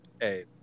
hey